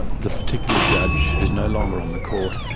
the particular judge, who is no longer on the court,